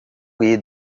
lead